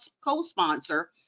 co-sponsor